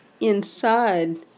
inside